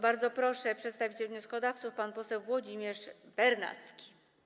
Bardzo proszę, przedstawiciel wnioskodawców pan poseł Włodzimierz Bernacki.